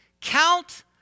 count